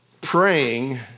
praying